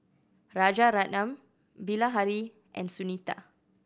Rajaratnam Bilahari and Sunita